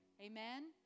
Amen